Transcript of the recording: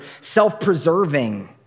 self-preserving